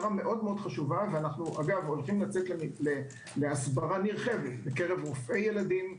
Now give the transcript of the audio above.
אנו הולכים לצאת להסברה נרחבת בקרב רופאי ילדים,